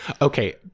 Okay